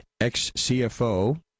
Ex-CFO